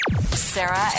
Sarah